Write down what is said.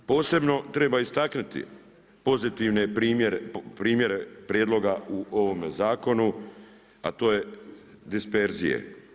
Posebno treba istaknuti pozitive primjere prijedloga u ovome zakonu, a to je disperzije.